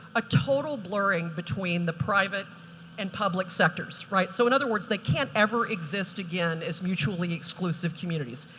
a total blurring between the private and public sectors. right? so, in other words, they can't ever exist again is mutually exclusive communities.